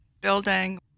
building